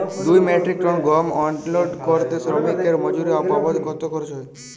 দুই metric ton গম unload করতে শ্রমিক এর মজুরি বাবদ কত খরচ হয়?